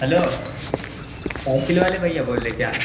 hello cycle والے بھیا بول رہے کیا